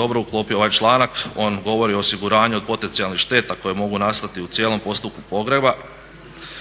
dobro uklopio ovaj članak, on govori o osiguranju od potencijalnih šteta koje mogu nastati u cijelom postupku pogreba.